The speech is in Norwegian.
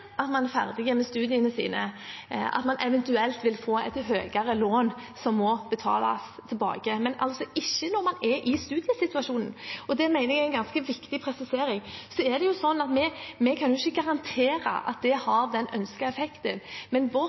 at man er ferdig med studiene sine, man eventuelt vil ha et høyere lån som må betales tilbake, men ikke når man er i studiesituasjonen. Det mener jeg er en ganske viktig presisering. Vi kan ikke garantere at det har den ønskede effekten, men vårt oppriktige ønske er at flere skal fullføre den